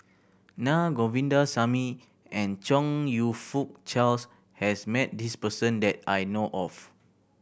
Naa Govindasamy and Chong You Fook Charles has met this person that I know of